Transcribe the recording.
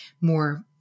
more